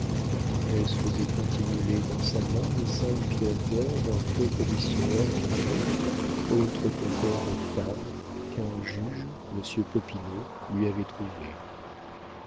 la comtesse faisait tintinnuler dans sa main les cinq pièces d'or d'un faux commissionnaire en modes autre compère d'octave qu'un juge monsieur popinot lui avait trouvé